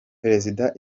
perezida